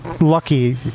lucky